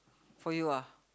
for you ah